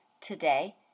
today